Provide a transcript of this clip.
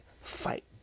fight